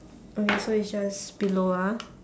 okay so it's just below ah